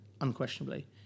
unquestionably